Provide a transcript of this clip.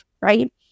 right